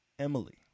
Emily